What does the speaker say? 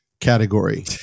category